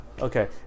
Okay